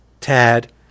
Tad